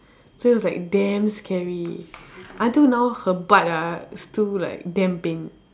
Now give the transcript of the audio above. so it's like damn scary until now her butt ah is still like damn pain